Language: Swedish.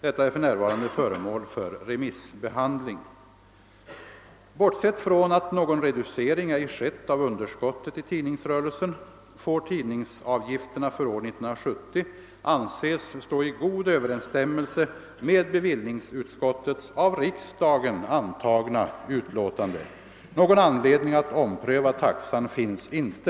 Detta är för närvarande föremål för remissbehandling. Bortsett från att någon reducering ej skett av underskottet i tidningsrörelsen, får tidningsavgifterna för år 1970 anses stå i god överensstämmelse med bevillningsutskottets av riksdagen antagna utlåtande. Någon anledning att ompröva taxan finns inte.